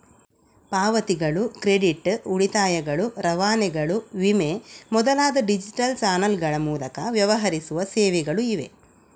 ಪಾವತಿಗಳು, ಕ್ರೆಡಿಟ್, ಉಳಿತಾಯಗಳು, ರವಾನೆಗಳು, ವಿಮೆ ಮೊದಲಾದ ಡಿಜಿಟಲ್ ಚಾನಲ್ಗಳ ಮೂಲಕ ವ್ಯವಹರಿಸುವ ಸೇವೆಗಳು ಇವೆ